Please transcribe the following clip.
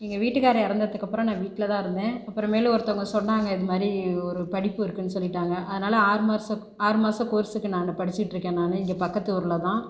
எங்கள் வீட்டுக்காரர் இறந்ததுக்கப்புறம் நான் வீட்டில் தான் இருந்தேன் அப்புறமேலு ஒருத்தவங்கள் சொன்னாங்க இதுமாதிரி ஒரு படிப்பு இருக்குனு சொல்லிவிட்டாங்க அதனால் ஆறுமாசம் ஆறுமாசம் கோர்ஸ்ஸுக்கு நானும் படிச்சுட்ருக்கேன் நானும் இங்கே பக்கத்து ஊரில் தான்